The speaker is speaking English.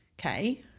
okay